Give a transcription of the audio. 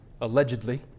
Allegedly